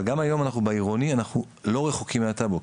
גם היום בעירוני אנחנו לא רחוקים מהטאבו.